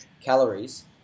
calories